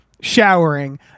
showering